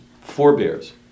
forebears